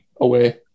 away